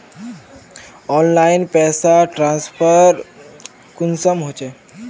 Online पैसा transfer कुंसम होचे?